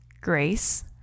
grace